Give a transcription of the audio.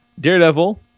Daredevil